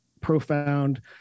profound